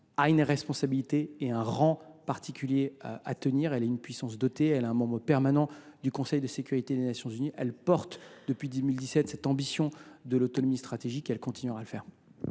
a une responsabilité et un rang particuliers à tenir. Elle est une puissance dotée de l’arme nucléaire et un membre permanent du Conseil de sécurité des Nations unies. Elle défend depuis 2017 l’ambition de l’autonomie stratégique et elle continuera de le faire.